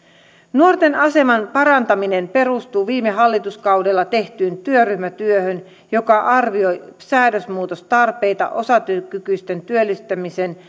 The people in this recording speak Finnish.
nuorten aseman parantaminen perustuu viime hallituskaudella tehtyyn työryhmätyöhön joka arvioi säädösmuutostarpeita osatyökykyisten työllistämisen